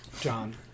John